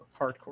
hardcore